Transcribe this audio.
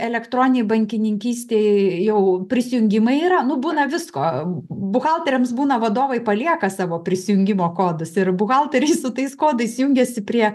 elektroninėj bankininkystėj jau prisijungimai yra nu būna visko buhalteriams būna vadovai palieka savo prisijungimo kodus ir buhalteris su tais kodais jungiasi prie